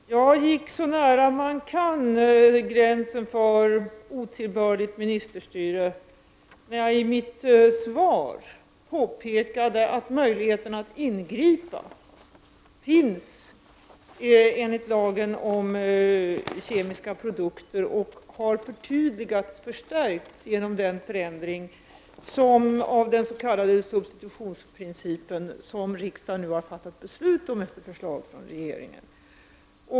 Fru talman! Jag gick så nära gränsen för otillbörligt ministerstyre som man kan gå, när jag i mitt svar påpekade att möjligheterna att ingripa finns enligt lagen om kemiska produkter och har förtydligats genom den förändring av den s.k. substitutionsprincipen som riksdagen nu har fattat beslut om enligt förslag från regeringen.